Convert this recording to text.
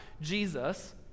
Jesus